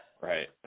right